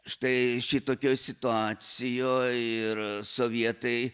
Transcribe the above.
štai šitokioj situacijoj ir sovietai